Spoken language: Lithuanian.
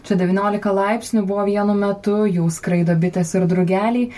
čia devyniolika laipsnių buvo vienu metu jau skraido bitės ir drugeliai